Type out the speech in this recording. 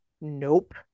Nope